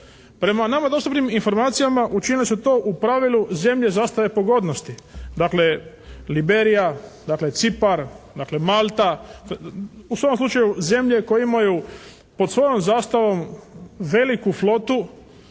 Prema nama dostupnim, informacijama učinile su to u pravilu zemlje zastave pogodnosti. Dakle, Liberija, dakle Cipar, dakle Malta. U svakom slučaju zemlje koje imaju pod svojom zastavom veliku flotu,